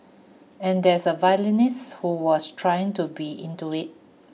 and there is a violinist who was trying to be into it